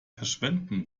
verschwenden